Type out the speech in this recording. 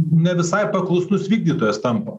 ne visai paklusnus vykdytojas tampa